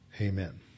amen